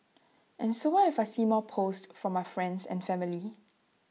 and so what if I see more posts from friends and family